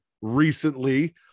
recently